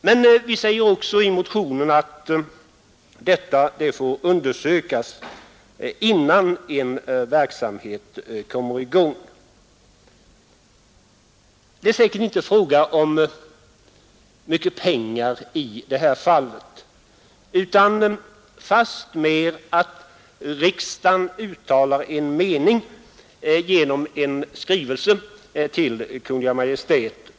Men vi säger också i motionen att detta får undersökas innan en verksamhet kommer i gång. Det är säkert inte fråga om mycket pengar i detta fall, utan fastmer att riksdagen uttalar en mening genom en skrivelse till Kungl. Maj:t.